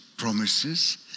promises